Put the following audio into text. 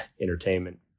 entertainment